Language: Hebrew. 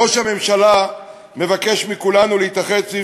ראש הממשלה מבקש מכולנו להתאחד סביב